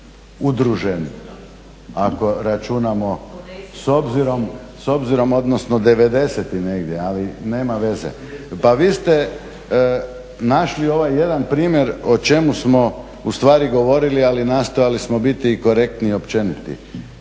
udružen ako računamo odnosno 90.negdje ali nema veze. Pa vi ste našli ovaj jedan primjer o čemu smo ustvari govorili ali nastojali smo biti korektni i općeniti.